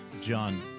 John